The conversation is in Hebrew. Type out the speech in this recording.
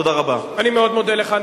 אני מאוד מודה לך.